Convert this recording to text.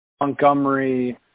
Montgomery